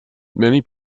many